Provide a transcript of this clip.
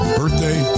birthday